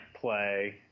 play